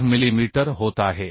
8 millimetre होत आहे